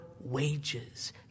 wages